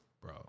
bro